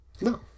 No